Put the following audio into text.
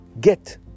get